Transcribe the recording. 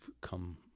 come